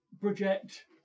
project